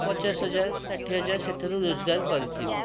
ପଚାଶ ହଜାର ଷାଠିଏ ହଜାର ସେଥିରୁ ରୋଜଗାର କରିଥିବି